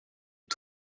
est